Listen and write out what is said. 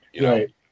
Right